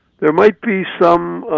there might be some